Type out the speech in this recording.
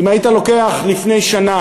שאם היית לוקח לפני שנה,